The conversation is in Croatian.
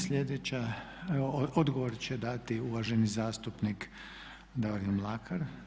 Sljedeća odgovor će dati uvaženi zastupnik Davorin Mlakar.